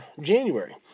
January